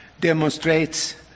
demonstrates